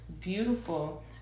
Beautiful